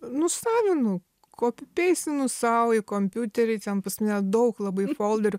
nusavinu kopipeistinu sau į kompiuterį ten pas mane daug labai folderių